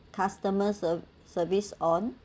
customers ser~ service on